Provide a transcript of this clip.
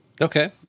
Okay